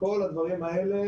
כל הדברים האלה,